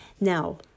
now